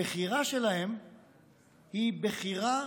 הבחירה שלהם היא בחירה